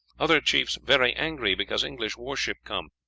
other chiefs very angry because english warship come.